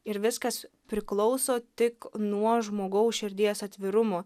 ir viskas priklauso tik nuo žmogaus širdies atvirumo